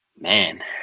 Man